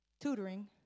tutoring